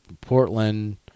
Portland